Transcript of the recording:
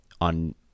on